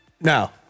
No